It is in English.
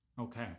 Okay